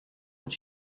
what